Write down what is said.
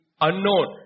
unknown